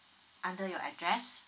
under your address